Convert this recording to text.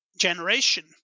generation